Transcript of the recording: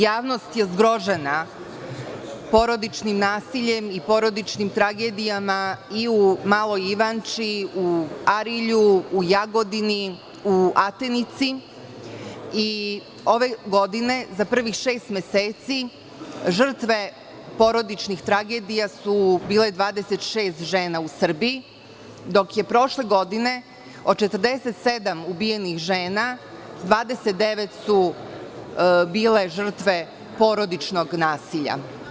Javnost je zgrožena porodičnim nasiljem i porodičnim tragedijama i u Maloj Ivanči, u Arilju, u Jagodini, u Atenici i ove godine, za prvih šest meseci, žrtve porodičnih tragedija su bile 26 žena u Srbiji, dok je prošle godine od 47 ubijenih žena, 29 su bile žrtve porodičnog nasilja.